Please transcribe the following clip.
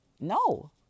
No